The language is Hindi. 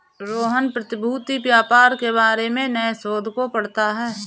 रोहन प्रतिभूति व्यापार के बारे में नए शोध को पढ़ता है